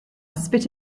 spit